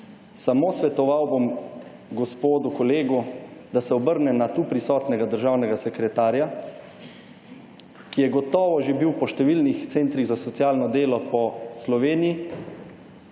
samo svetoval bom gospodu kolegu, da se obrne na tu prisotnega državnega sekretarja, ki je gotovo že bil po številnih centrih za socialno delo po Sloveniji